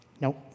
nope